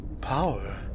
power